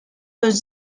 los